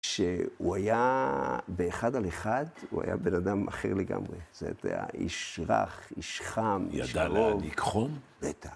כשהוא היה באחד על אחד, הוא היה בן אדם אחר לגמרי. זה היה איש רך, איש חם, איש קרוב. -ידע להעניק חום? -בטח.